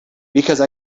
because